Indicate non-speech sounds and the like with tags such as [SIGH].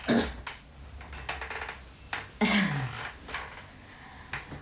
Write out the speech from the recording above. [LAUGHS]